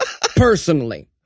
personally